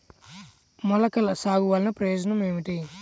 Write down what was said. మొలకల సాగు వలన ప్రయోజనం ఏమిటీ?